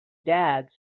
dad’s